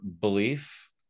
belief